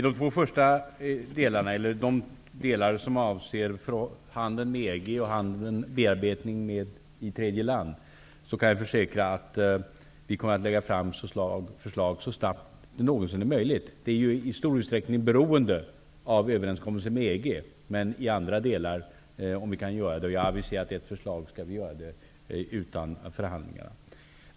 Herr talman! I de delar som avser handeln med EG och bearbeting i tredje land kan jag försäkra att vi kommer att lägga fram förslag så snabbt det någonsin är möjligt. Det är i stor utsträckning beroende av överenskommelser med EG. Men i andra delar skall vi, om det är möjligt, göra det utan förhandlingar. Jag har aviserat ett förslag.